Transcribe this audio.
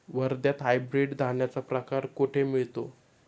वर्ध्यात हायब्रिड धान्याचा प्रकार कुठे मिळतो?